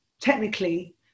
technically